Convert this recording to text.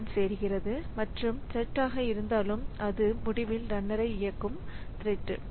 pthread சேருகிறது மற்றும் த்ரெட்ஆக இருந்தாலும் இது முடிவில் ரன்னரை இயக்கும் த்ரெட்